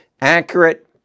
accurate